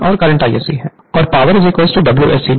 Refer Slide Time 1438 और power Wsc जो कि कॉपर लॉस है